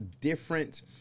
different